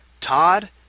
Todd